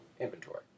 inventory